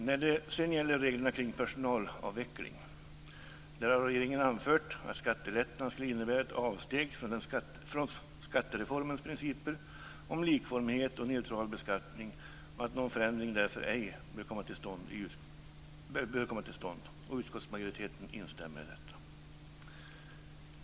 När det sedan gäller reglerna omkring personalavveckling har regeringen anfört att skattelättnad skulle innebära ett avsteg från skattereformens principer om likformighet och neutral beskattning och att någon förändring därför ej bör komma till stånd. Utskottsmajoriteten instämmer i detta.